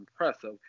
impressive